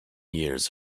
years